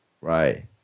Right